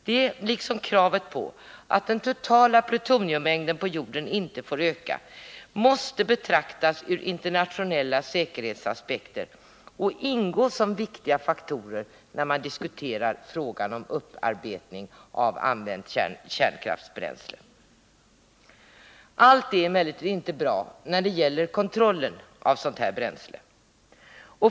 Det, liksom kravet på att den totala plutoniummängden på jorden inte får öka, måste betraktas ur internationella säkerhetsaspekter och ingå som viktiga faktorer när man diskuterar frågan om upparbetning av använt kärnkraftsbränsle. Allt är emellertid inte bra när det gäller kontrollen av sådant här bränsle.